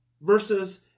versus